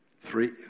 three